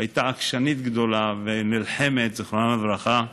שהייתה עקשנית גדולה ונלחמת, זיכרונה לברכה,